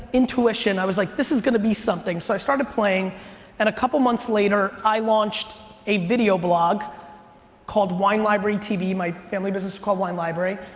intuition, i was like, this is gonna be something. so i started playing and a couple months later i launched a video blog called wine library tv. my family business is called wine library,